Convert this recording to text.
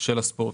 של הספורט.